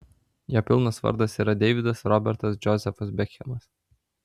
jo pilnas vardas yra deividas robertas džozefas bekhemas